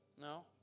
No